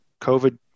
covid